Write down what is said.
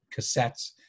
cassettes